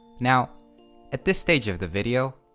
now at this stage of the video,